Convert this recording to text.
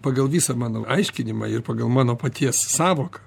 pagal visą mano aiškinimą ir pagal mano paties sąvoką